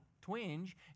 twinge